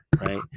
Right